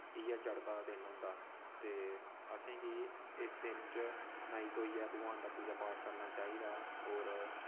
इ'यै चढ़दा दिन होंदा ते असेंगी इस दिन च नहाई धोइयै भगवान दा पूजा पाठ करना चाहिदा और